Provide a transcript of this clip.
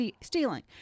stealing